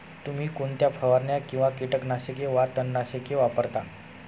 तुम्ही कोणत्या फवारण्या किंवा कीटकनाशके वा तणनाशके वापरता?